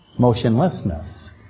Motionlessness